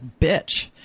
bitch